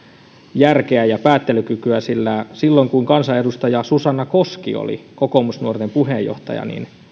järkeä ja päättelykykyä sillä silloin kun kansanedustaja susanna koski oli kokoomusnuorten puheenjohtaja